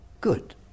Good